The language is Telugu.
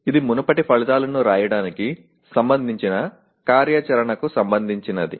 ఇది మునుపటి ఫలితాలను వ్రాయడానికి సంబంధించిన కార్యాచరణకు సంబంధించినది